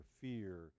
fear